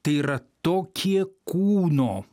tai yra tokie kūno